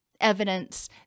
evidence